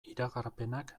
iragarpenak